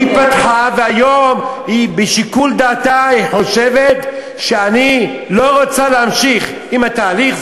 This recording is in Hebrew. והיום בשיקול דעתה היא חושבת: אני לא רוצה להמשיך עם התהליך,